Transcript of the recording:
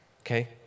okay